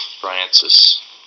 Francis